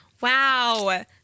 Wow